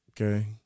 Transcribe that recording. Okay